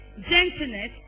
gentleness